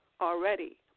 already